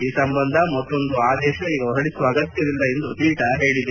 ಈ ಸಂಬಂಧ ಮತ್ತೊಂದು ಆದೇಶ ಈಗ ಹೊರಡಿಸುವ ಅಗತ್ನವಿಲ್ಲ ಎಂದು ಪೀಠ ಹೇಳಿದೆ